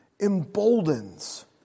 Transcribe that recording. emboldens